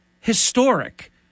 Historic